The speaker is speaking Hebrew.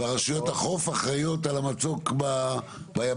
והרשויות החוף אחראיות על המצוק ביבשה.